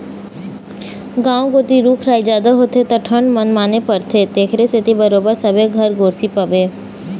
गाँव कोती रूख राई जादा होथे त ठंड मनमाने परथे तेखरे सेती बरोबर सबे घर गोरसी पाबे